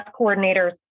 coordinators